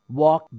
walk